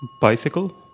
Bicycle